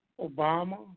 Obama